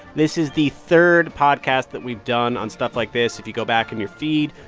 this is the third podcast that we've done on stuff like this. if you go back in your feed,